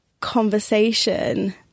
conversation